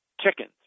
Chickens